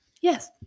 Yes